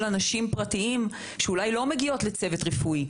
אנשים פרטיים שאולי לא מגיעים לצוות רפואי,